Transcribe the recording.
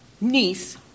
niece